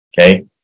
Okay